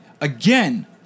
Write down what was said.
again